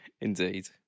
Indeed